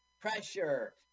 pressure